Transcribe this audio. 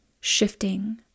shifting